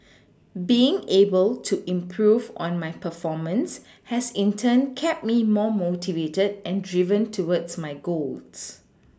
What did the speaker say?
being able to improve on my performance has in turn kept me more motivated and driven towards my goals